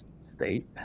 state